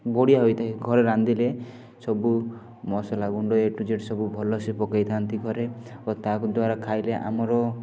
ବଢ଼ିଆ ହୋଇଥାଏ ଘରେ ରାନ୍ଧିଲେ ସବୁ ମସଲା ଗୁଣ୍ଡ ସବୁ ଏ ଟୁ ଜେଡ଼ ସବୁ ଭଲସେ ପକେଇଥାନ୍ତି ଘରେ ଓ ତା'ଦ୍ଵାରା ଖାଇଲେ ଆମର